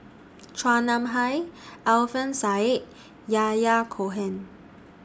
Chua Nam Hai Alfian Sa'at and Yahya Cohen